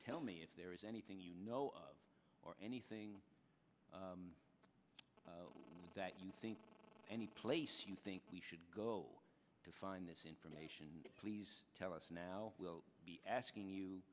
tell me if there is anything you know or anything that you think any place you think we should go to find this information please tell us now we'll be asking you